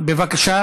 מברוכ,